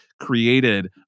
created